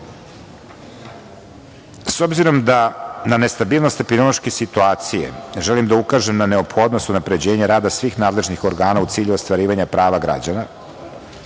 obzirom da nestabilnost epidemiološke situacije želim da ukažem na neophodnost unapređenja rada svih nadležnih organa u cilju ostvarivanja prava građana,